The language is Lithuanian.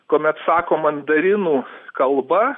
kuomet sako mandarinų kalba